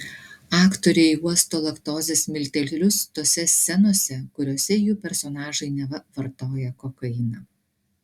aktoriai uosto laktozės miltelius tose scenose kuriose jų personažai neva vartoja kokainą